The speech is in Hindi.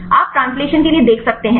आप ट्रांसलेशन के लिए देख सकते है